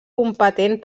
competent